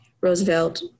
Roosevelt